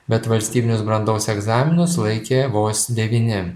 bet valstybinius brandos egzaminus laikė vos devyni